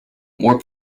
warp